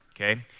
okay